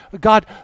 God